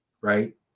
Right